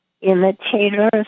imitators